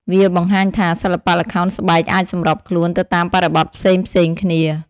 វាបង្ហាញថា សិល្បៈល្ខោនស្បែកអាចសម្របខ្លួនទៅតាមបរិបទផ្សេងៗគ្នា។